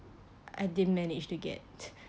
I didn't manage to get